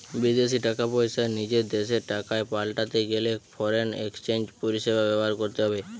বিদেশী টাকা পয়সা নিজের দেশের টাকায় পাল্টাতে গেলে ফরেন এক্সচেঞ্জ পরিষেবা ব্যবহার করতে হবে